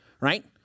Right